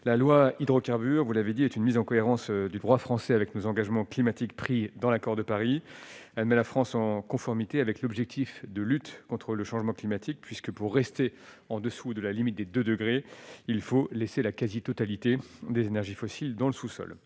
la loi hydrocarbure, vous l'avez dit, est une mise en cohérence du droit français, avec nos engagements climatiques pris dans l'accord de Paris mais la France en conformité avec l'objectif de lutte contre le changement climatique, puisque pour rester en dessous de la limite des 2 degrés, il faut laisser la quasi-totalité des énergies fossiles dans le sous-sol